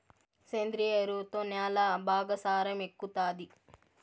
సేంద్రియ ఎరువుతో న్యాల బాగా సారం ఎక్కుతాది